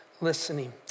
listening